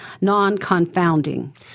non-confounding